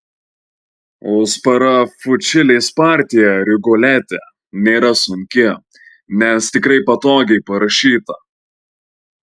o sparafučilės partija rigolete nėra sunki nes tikrai patogiai parašyta